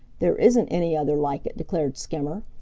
there isn't any other like it, declared skimmer.